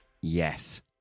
yes